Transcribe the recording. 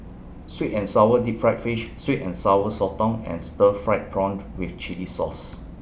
Sweet and Sour Deep Fried Fish Sweet and Sour Sotong and Stir Fried Prawn to with Chili Sauce